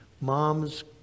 mom's